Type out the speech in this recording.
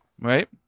right